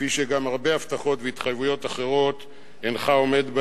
כפי שגם בהרבה הבטחות והתחייבויות אחרות אינך עומד,